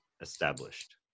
established